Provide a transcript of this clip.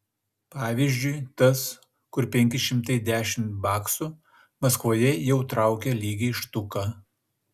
pavyzdžiui tas kur penki šimtai dešimt baksų maskvoje jau traukia lygiai štuką